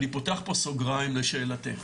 ואני פותח פה סוגריים לשאלתך,